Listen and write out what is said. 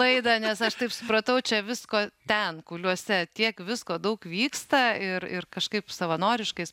laidą nes aš taip supratau čia visko ten kuliuose tiek visko daug vyksta ir ir kažkaip savanoriškais